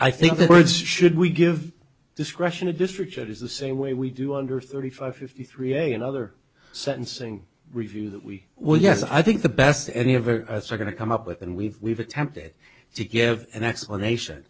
i think it's should we give discretion a district that is the same way we do under thirty five fifty three a another sentencing review that we will yes i think the best any of us are going to come up with and we attempted to give an explanation